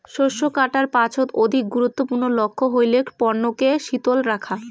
শস্য কাটার পাছত অধিক গুরুত্বপূর্ণ লক্ষ্য হইলেক পণ্যক শীতল রাখা